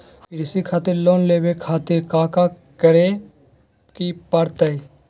कृषि खातिर लोन लेवे खातिर काका करे की परतई?